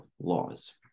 laws